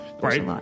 right